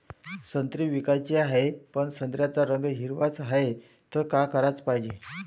संत्रे विकाचे हाये, पन संत्र्याचा रंग हिरवाच हाये, त का कराच पायजे?